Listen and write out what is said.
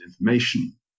information